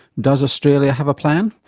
does australia have a plan?